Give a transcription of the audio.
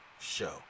show